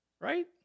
Right